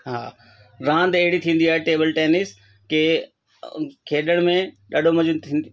हा रांदि अहिड़ी थींदी आहे टेबल टैनिस की खेॾण में ॾाढो मज़ो थी